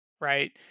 right